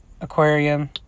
aquarium